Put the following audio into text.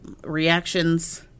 reactions